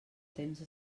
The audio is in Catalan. temps